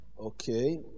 Okay